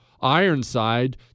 Ironside